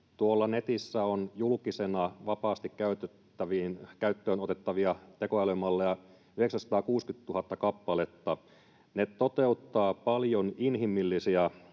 tuolla netissä on julkisena vapaasti käyttöön otettavia tekoälymalleja 960 000 kappaletta. Ne toteuttavat paljon inhimillisiä,